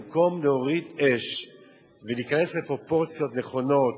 במקום להוריד אש ולהיכנס לפרופורציות נכונות